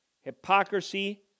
hypocrisy